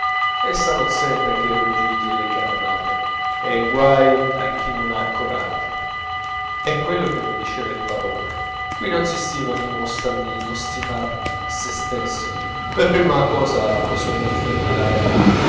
essa non sente che i ruggiti e le cannonate e guai a chi non ha coraggio è quello che mi diceva il parodi qui non si stima chi mostra di non stimare sè stesso per prima cosa bisogna affermare